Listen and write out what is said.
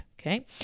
Okay